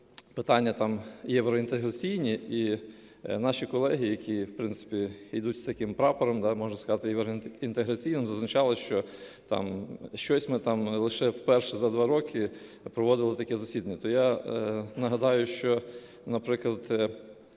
питання євроінтеграційні, і наші колеги, які, в принципі, йдуть з таким прапором, можна сказати, євроінтеграційним, зазначали, що щось ми там лише вперше за два роки проводили таке засідання. То я нагадаю, що, наприклад,